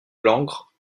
langres